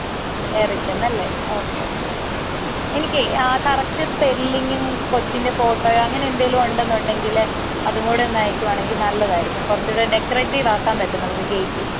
ഏറിക്കന്നല്ലേ okay okay എനിക്ക് ആ correct സ്പെല്ലിംഗും കൊച്ചിൻ്റെ ഫോട്ടോയോ അങ്ങനെ എന്തേലും ഉണ്ടെന്ന് ഉണ്ടെങ്കിൽ അതും കൂടെ ഒന്ന് അയക്കുവാണെങ്കിൽ നല്ലതായിരിക്കും കുറച്ചൂടെ ഡെക്കറേറ്റീവ് ആക്കാൻ പറ്റും നമുക്ക് കേക്കെ